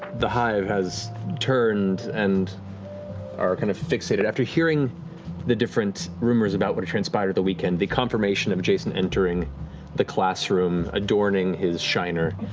the hive has turned and are kind of fixated, after hearing the different rumors about what transpired over the weekend, the confirmation of jason entering the classroom, adorning his shiner,